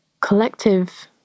collective